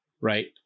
right